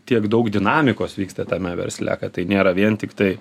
tiek daug dinamikos vyksta tame versle kad tai nėra vien tiktai